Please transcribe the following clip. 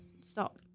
Stop